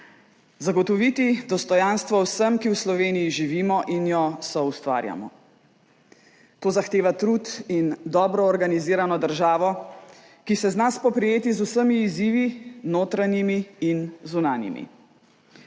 zagotoviti dostojanstvo vsem, ki v Sloveniji živimo in jo soustvarjamo. To zahteva trud in dobro organizirano državo, ki se zna spoprijeti z vsemi izzivi, notranjimi in zunanjimi.